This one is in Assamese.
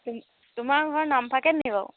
তুমি তোমাৰ ঘৰ নামফাকেতনি বাৰু